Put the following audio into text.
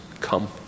Come